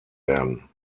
werden